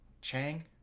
Chang